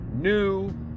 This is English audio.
new